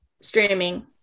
streaming